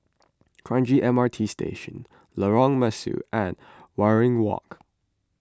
Kranji M R T Station Lorong Mesu and Waringin Walk